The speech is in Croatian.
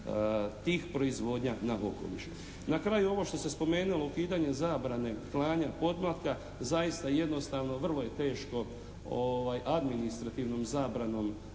tih proizvodnja na okoliš. Na kraju ovo što sam spomenuo pitanje zabrane klanja podmlatka zaista jednostavno vrlo je teško administrativnom zabranom